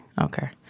Okay